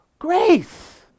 grace